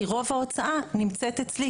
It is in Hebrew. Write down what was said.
כי רוב ההוצאה נמצאת אצלי.